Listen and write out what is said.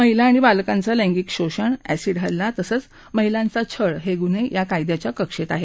महिला आणि बालकांचं लैंगिक शोषण ऍसीड हल्ला तसंच महिलांचा छळ हे गुन्हे या कायद्याच्या कक्षेत आहेत